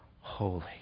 holy